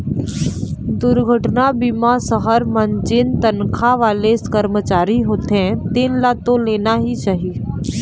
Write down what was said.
दुरघटना बीमा सहर मन जेन तनखा वाला करमचारी होथे तेन ल तो लेना ही चाही